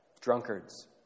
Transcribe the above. Drunkards